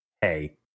hey